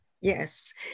yes